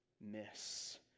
miss